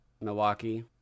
Milwaukee